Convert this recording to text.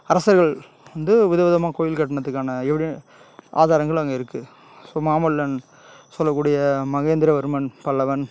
அரசர்கள் வந்து விதவிதமாகக் கோயில் கட்டினதுக்கான எவிடெ ஆதாரங்கள் அங்கே இருக்குது ஸோ மாமல்லன் சொல்லக்கூடிய மகேந்திரவர்மன் பல்லவன்